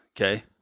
Okay